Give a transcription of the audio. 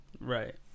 Right